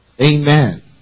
Amen